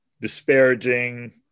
disparaging